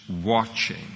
watching